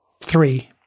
three